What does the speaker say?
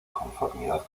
conformidad